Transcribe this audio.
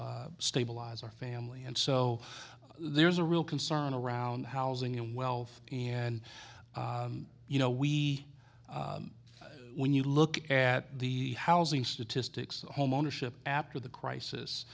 stabilize our family and so there's a real concern around housing and wealth and you know we when you look at the housing statistics homeownership after the crisis